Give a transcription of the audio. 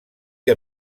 que